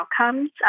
outcomes